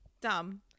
Dumb